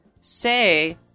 Say